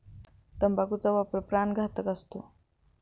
तंबाखूचा वापर प्राणघातक असतो